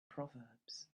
proverbs